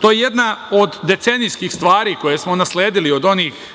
To je jedna od decenijskih stvari koje smo nasledili od onih